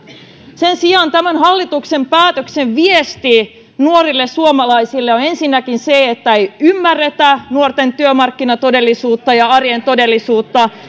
sen sijaan tämän hallituksen päätöksen viesti nuorille suomalaisille on ensinnäkin se että ei ymmärretä nuorten työmarkkinatodellisuutta ja arjen todellisuutta